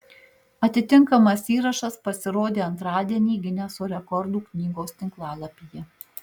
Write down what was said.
atitinkamas įrašas pasirodė antradienį gineso rekordų knygos tinklalapyje